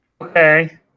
Okay